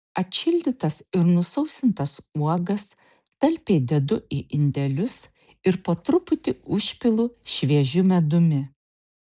atšildytas ir nusausintas uogas talpiai dedu į indelius ir po truputį užpilu šviežiu medumi